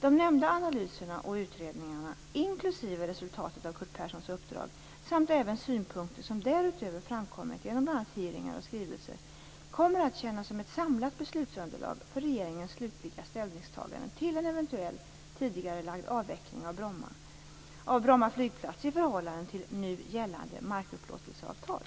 De nämnda analyserna och utredningarna, inklusive resultatet av Curt Perssons uppdrag, samt även synpunkter som därutöver framkommit genom bl.a. hearingar och skrivelser, kommer att tjäna som ett samlat beslutsunderlag för regeringens slutliga ställningstagande till en eventuell tidigarelagd avveckling av Bromma flygplats i förhållande till nu gällande markupplåtelseavtal.